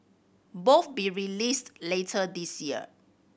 both be released later this year